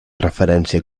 referència